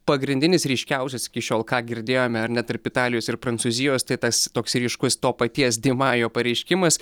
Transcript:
pagrindinis ryškiausias iki šiol ką girdėjome ar ne tarp italijos ir prancūzijos tai tas toks ryškus to paties di majo pareiškimas